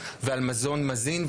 ועל מזון מזין,